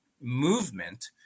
movement